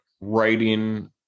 writing